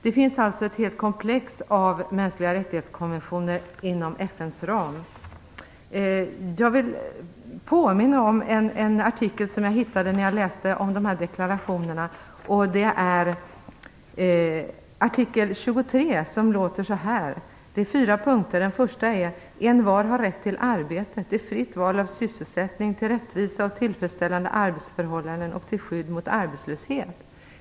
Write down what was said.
Det finns alltså inom FN:s ram ett helt komplex av konventioner om mänskliga rättigheter. Jag vill påminna om en artikel i 1948 års konvention, nämligen artikel 23, som innehåller fyra punkter. I den första av dessa heter det: "Envar har rätt till arbete, till fritt val av sysselsättning, till rättvisa och tillfredsställande arbetsförhållanden och till skydd mot arbetslöshet."